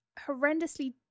horrendously